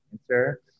answer